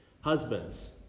Husbands